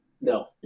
no